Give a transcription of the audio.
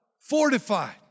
Fortified